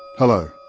hello,